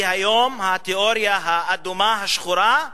היא היום התיאוריה האדומה, השחורה,